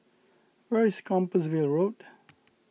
where is Compassvale Road